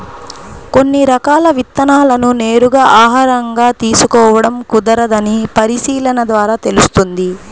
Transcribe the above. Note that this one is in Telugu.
కొన్ని రకాల విత్తనాలను నేరుగా ఆహారంగా తీసుకోడం కుదరదని పరిశీలన ద్వారా తెలుస్తుంది